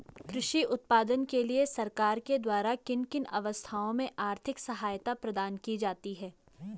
कृषि उत्पादन के लिए सरकार के द्वारा किन किन अवस्थाओं में आर्थिक सहायता प्रदान की जाती है?